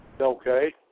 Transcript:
Okay